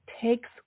takes